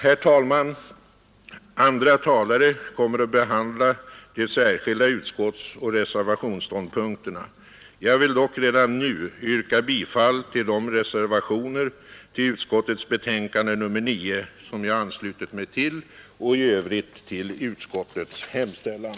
Herr talman! Andra talare kommer att behandla de särskilda utskottsoch reservationsståndpunkterna. Jag vill dock redan nu yrka bifall till reservationerna 1 a, 2, 3, 4, 8 a, Il a, 12, 13 och 15 samt i övrigt till utskottets hemställan.